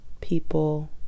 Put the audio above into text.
people